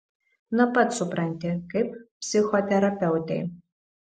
na pats supranti kaip psichoterapeutei